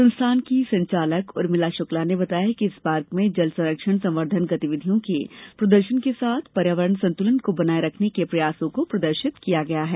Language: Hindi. संस्थान की संचालक उर्मिला शुक्ला ने बताया कि इस पार्क में जल संरक्षण संवर्धन गतिविधियों के प्रदर्शन के साथ पर्यावरण संतुलन को बनाए रखने के प्रयासों को प्रदर्शित किया गया है